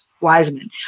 Wiseman